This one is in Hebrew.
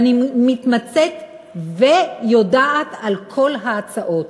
אני מתמצאת ויודעת על כל ההצעות.